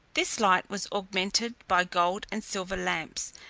this light was augmented by gold and silver lamps,